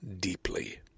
deeply